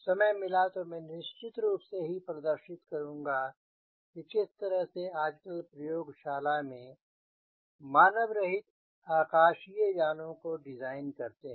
समय मिला तो मैं निश्चित ही प्रदर्शित करूँगा कि किस तरह से आजकल प्रयोगशाला में मानव रहित आकाशीय यानों को डिज़ाइन करते हैं